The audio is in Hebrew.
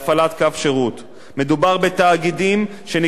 מדובר בתאגידים שנקבעו כזכאים לרשיון,